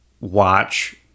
watch